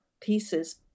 pieces